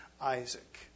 Isaac